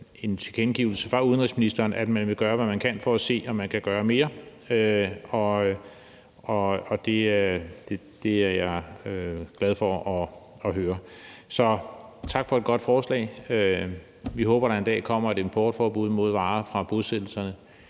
en tilkendegivelse fra udenrigsministeren om, at man vil gøre, hvad man kan, for at se, om man kan gøre mere, og det er jeg glad for at høre. Så tak for et godt forslag. Vi håber, der en dag kommer et importforbud mod varer fra bosættelserne,